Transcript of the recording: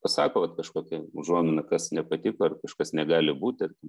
pasako vat kažkokią užuominą kas nepatiko ar kažkas negali būt tarkim